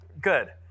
Good